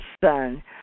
son